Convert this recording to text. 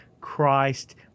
Christ